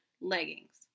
leggings